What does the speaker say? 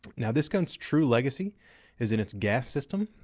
now, this gun's true legacy is in it's gas system.